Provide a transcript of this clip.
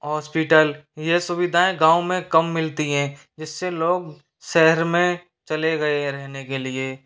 hospital यह सुविधाएँ गाँव में कम मिलती है जिससे लोग शहर में चले गए रहने के लिए